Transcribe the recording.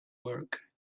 work